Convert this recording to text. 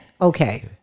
Okay